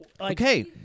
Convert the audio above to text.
Okay